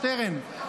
שטרן,